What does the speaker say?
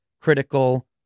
Critical